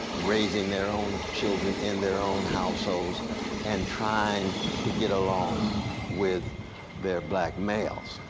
raising their own children in their own households and trying to get along with their black males.